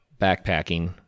backpacking